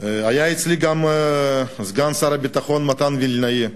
היה אצלי גם סגן שר הביטחון מתן וילנאי,